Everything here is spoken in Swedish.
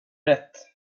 rätt